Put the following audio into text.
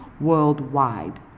worldwide